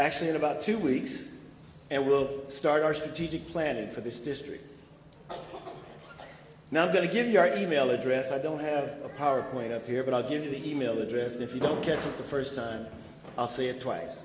actually in about two weeks and we'll start our strategic planning for this district now going to give you our e mail address i don't have a power point up here but i'll give you the email address if you don't care to the first time i'll say it twice